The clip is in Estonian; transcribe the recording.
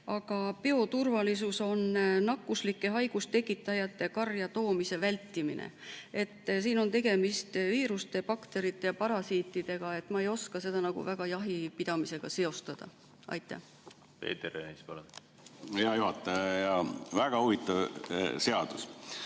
Aga bioturvalisus on nakkuslike haigustekitajate karja toomise vältimine. Siin on tegemist viiruste, bakterite ja parasiitidega, nii et ma ei oska seda väga jahipidamisega seostada. Aitäh! Sotsiaalkomisjoni kohta ma